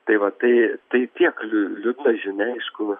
tai va tai tai tiek liūdna žinia aišku